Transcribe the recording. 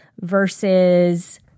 versus